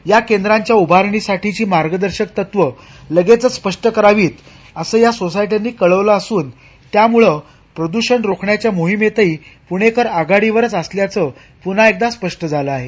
या केंद्राच्या उभारणीसाठीची मार्गदर्शक तत्व लगेचच स्पष्ट करावीत असं या सोसायटयांनी कळवलं असून त्यामुळं प्रदूषण रोखण्याच्या मोहिमेतही पुणेकर आघाडीवरच आहेत हे पुन्हा एकदा स्पष्ट झालं आहे